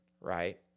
right